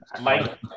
Mike